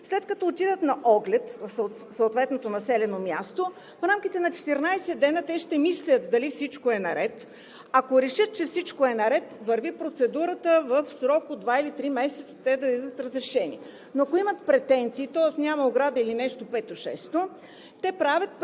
След като отидат на оглед в съответното населено място, в рамките на 14 дни те ще мислят дали всичко е наред. Ако решат, че всичко е наред, върви процедурата, в срок от два или три месеца те дават разрешение, но ако имат претенции – тоест няма ограда или нещо пето, шесто правят предписания,